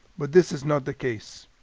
but this is not the case.